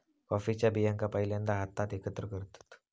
कॉफीच्या बियांका पहिल्यांदा हातात एकत्र करतत